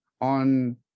on